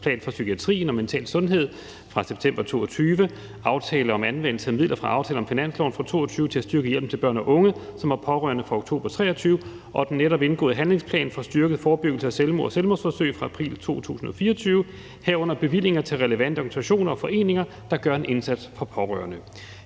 for psykiatrien og mental sundhed« fra september 2022, »Aftale om anvendelse af midler fra Aftale om finansloven for 2022 til at styrke hjælpen til børn og unge, som er pårørende« fra oktober 2023 og den netop indgåede »Handlingsplan for styrket forebyggelse af selvmord og selvmordsforsøg« fra april 2024, herunder bevillinger til relevante organisationer og foreninger, der gør en indsats for pårørende.